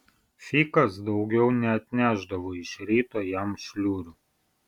fikas daugiau neatnešdavo iš ryto jam šliurių